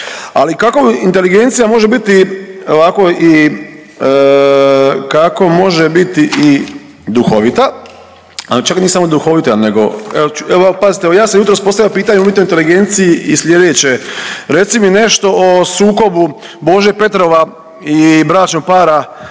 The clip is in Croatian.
Ali kako inteligencija može biti ovako i, kako može biti i duhovita, ali čak ni samo duhovita nego evo pazite ovo. Ja sam jutros postavio pitanje o umjetnoj inteligenciji i sljedeće. Reci mi nešto o sukobu Bože Petrova i bračnog para